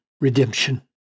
redemption